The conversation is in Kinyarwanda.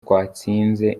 twatsinze